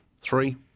Three